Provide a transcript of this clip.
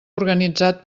organitzat